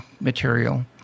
material